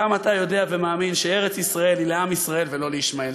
גם אתה יודע ומאמין שארץ-ישראל היא לעם ישראל ולא לישמעאל.